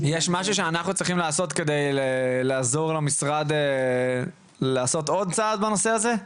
יש משהו שאנחנו צריכים לעשות כדי לעזור למשרד לעשות עוד צעד בנושא הזה?